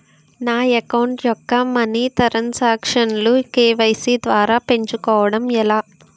నా అకౌంట్ యెక్క మనీ తరణ్ సాంక్షన్ లు కే.వై.సీ ద్వారా పెంచుకోవడం ఎలా?